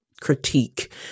critique